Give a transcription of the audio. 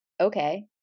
Okay